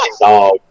dog